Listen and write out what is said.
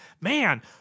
man